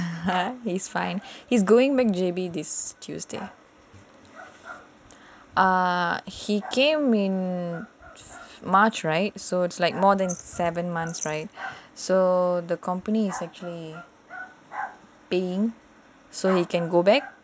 he he's fine he's going back J_B this tuesday ah he came in march right so it's like more than seven months right so the companies is actually being so he can go back